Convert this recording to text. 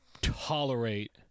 tolerate